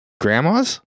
grandma's